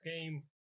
game